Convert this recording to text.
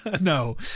No